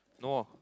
no more